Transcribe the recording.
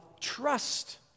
trust